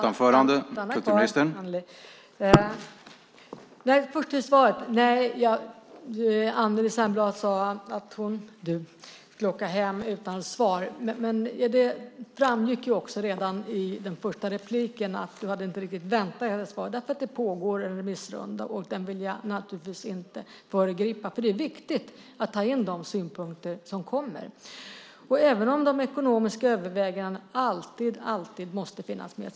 Herr talman! Anneli Särnblad sade att hon skulle åka hem utan svar. Det framgick redan i hennes första inlägg att hon inte riktigt hade väntat sig något svar eftersom det pågår en remissrunda. Den vill jag naturligtvis inte föregripa. Det är viktigt att ta in de synpunkter som kommer även om de ekonomiska övervägandena alltid måste finnas med.